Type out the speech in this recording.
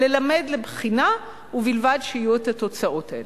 ללמד לבחינה ובלבד שיהיו התוצאות האלה.